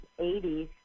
80s